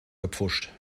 gepfuscht